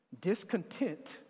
Discontent